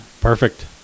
Perfect